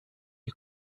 you